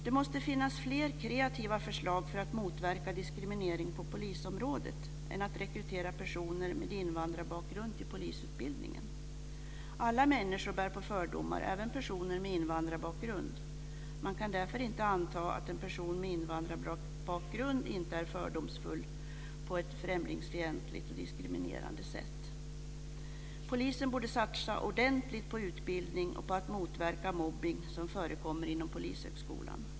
Det måste finnas fler kreativa förslag för att motverka diskriminering på polisområdet än att rekrytera personer med invandrarbakgrund till polisutbildningen. Alla människor bär på fördomar, även personer med invandrarbakgrund. Man kan därför inte anta att en person med invandrarbakgrund inte är fördomsfull på ett främlingsfientligt och diskriminerande sätt. Polisen borde satsa ordentligt på utbildning, och på att motverka den mobbning som förekommer inom Polishögskolan.